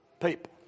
people